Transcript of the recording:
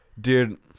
Dude